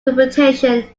reputation